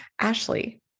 Ashley